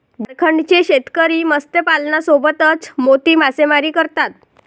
झारखंडचे शेतकरी मत्स्यपालनासोबतच मोती मासेमारी करतात